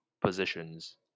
positions